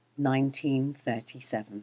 1937